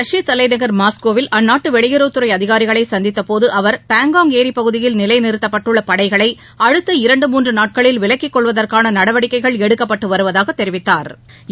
ரஷ்ய தலைநகர் மாஸ்கோவில் அந்நாட்டு வெளியுறவுத்துறை அதிகாரிகளை சந்தித்த போது அவர் பென்காங்க் ஏரிப்பகுதியில் நிலை நிறுத்தப்பட்டுள்ள படைகள் அடுத்த இரண்டு மூன்று நாட்களில் விலக்கிக் கொள்வதற்கான நடவடிக்கைகள் எடுக்கப்பட்டு வருவதாக தெரிவித்தாா்